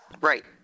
Right